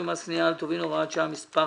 ומס קנייה על טובין (הוראת שעה מס'